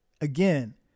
again